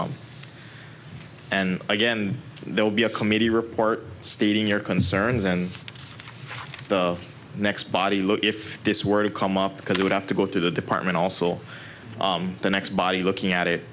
on and again there will be a committee report stating your concerns in the next body look if this were to come up because it would have to go to the department also the next body looking at it